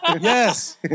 Yes